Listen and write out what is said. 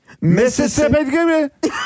Mississippi